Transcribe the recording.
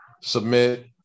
submit